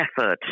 effort